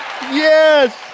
yes